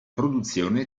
produzione